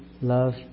love